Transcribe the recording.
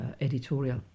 editorial